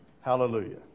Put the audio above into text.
Hallelujah